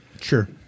Sure